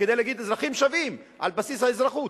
כדי להגיד שהאזרחים שווים על בסיס האזרחות.